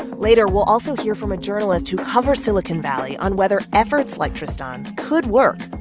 later we'll also hear from a journalist who covers silicon valley on whether efforts like tristan's could work